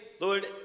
Lord